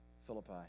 Philippi